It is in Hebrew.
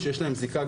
שיש להם זיקה